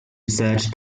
research